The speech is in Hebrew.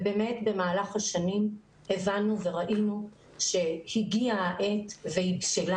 באמת במהלך השנים הבנו וראינו שהגיעה העת והיא בשלה